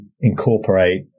incorporate